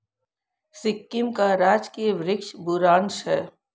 सिक्किम का राजकीय वृक्ष बुरांश है